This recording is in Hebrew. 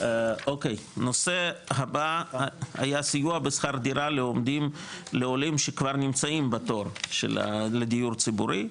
נושא הבא היה סיוע בשכר דירה לעולים שכבר נמצאים בתור לדיור ציבורי,